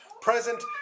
present